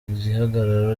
gihagararo